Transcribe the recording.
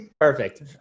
perfect